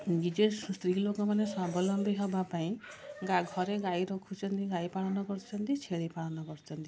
ନିଜ ସ୍ତ୍ରୀ ଲୋକମାନେ ସ୍ଵାବଲମ୍ବୀ ହେବା ପାଇଁ ଗା ଘରେ ଗାଈ ରଖୁଛନ୍ତି ଗାଈ ପାଳନ କରୁଛନ୍ତି ଛେଳି ପାଳନ କରୁଛନ୍ତି